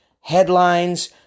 Headlines